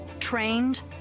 trained